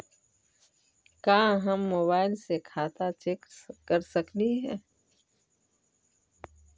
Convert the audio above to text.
का हम मोबाईल से खाता चेक कर सकली हे?